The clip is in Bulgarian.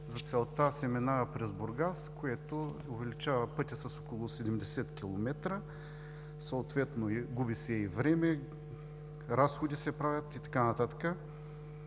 За целта се минава през Бургас, което увеличава пътя с около 70 км, съответно губи се време, правят се разходи и така нататък.